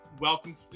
welcome